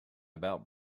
about